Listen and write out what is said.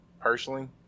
personally